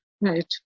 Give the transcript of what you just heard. right